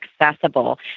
accessible